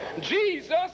Jesus